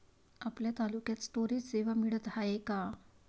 आपल्या तालुक्यात स्टोरेज सेवा मिळत हाये का?